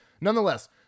Nonetheless